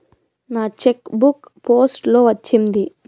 నా cheque book post లో వచ్చింది